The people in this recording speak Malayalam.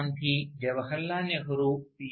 ഗാന്ധി ജവഹർലാൽ നെഹ്റു സി